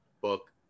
book